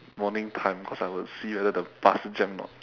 morning time cause I will see whether the bus jam or not